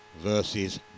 versus